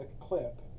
clip